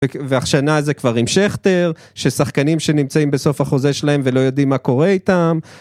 והשנה זה כבר עם שכטר, ששחקנים שנמצאים בסוף החוזה שלהם ולא יודעים מה קורה איתם...